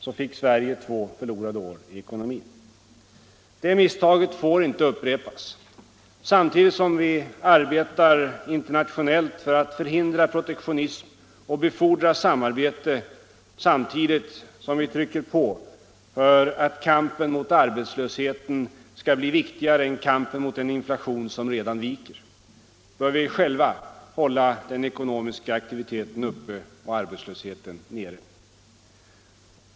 Så fick Sverige två förlorade år i ekonomin. Det misstaget får inte upprepas. Samtidigt som vi arbetar internationellt för att förhindra protektionism och befordra samarbete och samtidigt som vi trycker på för att kampen mot arbetslösheten skall bli viktigare än kampen mot den inflation som redan viker, bör vi själva hålla den ekonomiska aktiviteten uppe och arbetslösheten nere.